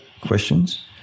questions